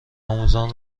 آموزان